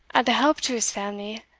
and a help to his family,